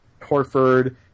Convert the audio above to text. Horford